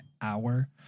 hour